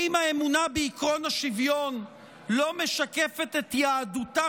האם האמונה בעקרון השוויון לא משקפת את יהדותה